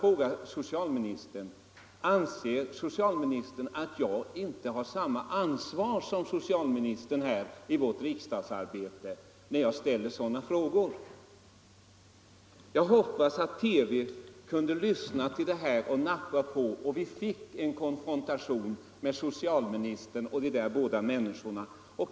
Nu vill jag fråga: Anser socialministern att jag inte känner samma ansvar som socialministern när jag ställer sådana frågor här i riksdagen? Jag hoppas att TV lyssnar till detta och hakar på så att vi kan få en konfrontation mellan socialministern och de där båda människorna.